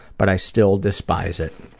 but i still despise it.